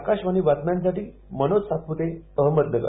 आकाशवाणी बातम्यांसाठी मनोज सातपुते अहमदनगर